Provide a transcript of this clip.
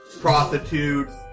prostitutes